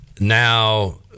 Now